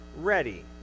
ready